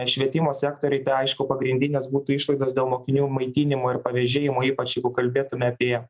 švietimo sektoriui tai aišku pagrindinės būtų išlaidos dėl mokinių maitinimo ir pavėžėjimo ypač jeigu kalbėtume apie